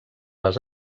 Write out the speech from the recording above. les